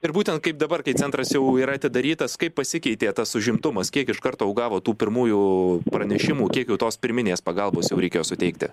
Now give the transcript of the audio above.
ir būtent kaip dabar kai centras jau yra atidarytas kaip pasikeitė tas užimtumas kiek iš karto jau gavo tų pirmųjų pranešimų kiek jau tos pirminės pagalbos jau reikėjo suteikti